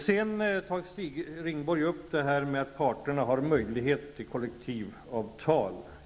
Sedan tog Stig Rindborg upp detta med att parterna har möjlighet att träffa kollektivavtal.